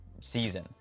season